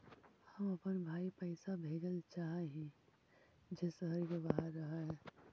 हम अपन भाई पैसा भेजल चाह हीं जे शहर के बाहर रह हे